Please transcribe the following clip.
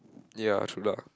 ya true lah